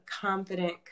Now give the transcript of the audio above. Confident